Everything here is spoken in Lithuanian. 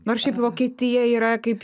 nors šiaip vokietija yra kaip